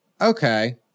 okay